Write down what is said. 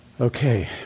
Okay